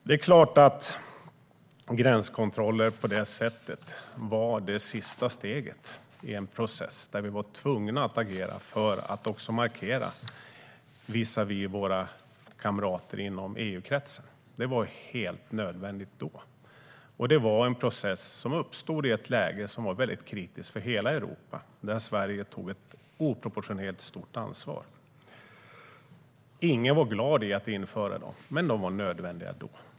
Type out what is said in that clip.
Det är klart att gränskontroller på det sättet var det sista steget i en process där vi var tvungna att agera för att också markera visavi våra kamrater inom EU-kretsen. Det var helt nödvändigt då, och det var en process som uppstod i ett läge som var kritiskt för hela Europa och där Sverige tog ett oproportionerligt stort ansvar. Ingen var glad i att införa gränskontrollerna, men de var nödvändiga då.